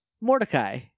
mordecai